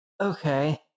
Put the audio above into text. okay